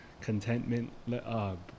contentment